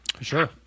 Sure